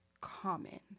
common